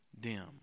dim